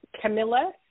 Camilla